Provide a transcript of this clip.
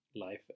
life